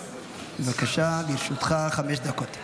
בבקשה, לרשותך חמש דקות.